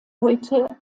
heute